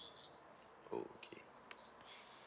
oh okay